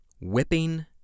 Whipping